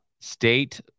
state